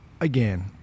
again